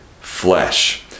flesh